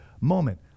moment